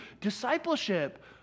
discipleship